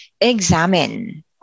examine